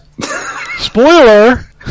Spoiler